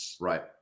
Right